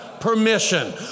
permission